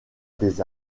des